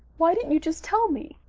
why didn't you just tell me?